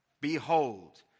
Behold